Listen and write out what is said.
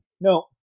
No